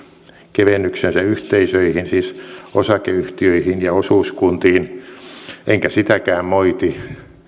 kevennyksensä yhteisöihin siis osakeyhtiöihin ja osuuskuntiin enkä sitäkään moiti